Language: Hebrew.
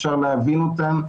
אפשר להבין אותן,